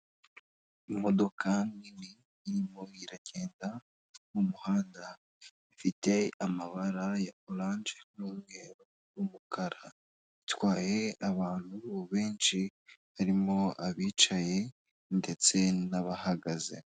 Imodoka nini irimo iragenda mu muhanda, ifite amabara ya oranje n'umweru n'umukara, itwaye abantu benshi harimo abicaye ndetse n'abahagaze.